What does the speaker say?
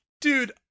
dude